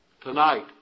tonight